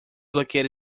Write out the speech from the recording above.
located